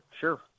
sure